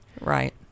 Right